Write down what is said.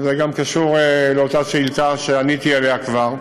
וזה גם קשור לאותה שאילתה שעניתי עליה כבר,